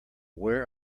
where